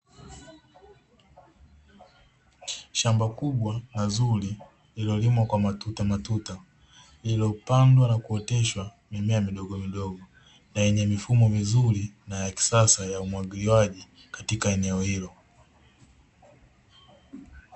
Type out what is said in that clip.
Shamba kubwa na zuri lililo limwa kwa matuta matuta, lililopandwa na kuoteshwa mimea midogo midogo na yenye mifumo mizuri na ya kisasa ya umwagiliaji katika eneo hilo.